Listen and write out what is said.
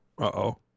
Uh-oh